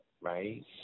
right